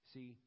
See